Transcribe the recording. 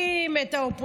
אינה נוכחת.